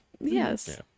yes